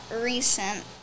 recent